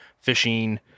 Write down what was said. fishing